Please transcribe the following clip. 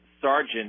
sergeant